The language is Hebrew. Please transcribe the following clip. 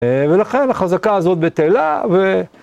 ולכן, החזקה הזאת בטלה ו...